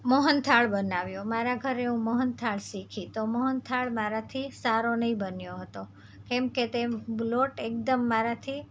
મોહનથાળ બનાવ્યો મારા ઘરે હું મોહનથાળ શીખી તો મોહનથાળ મારાથી સારો નહીં બન્યો હતો કેમકે તે લોટ એકદમ મારાથી